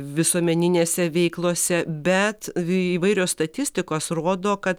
visuomeninėse veiklose bet įvairios statistikos rodo kad